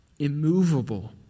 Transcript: Immovable